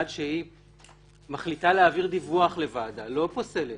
עד שהיא מחליטה להעביר דיווח לוועדה לא פוסלת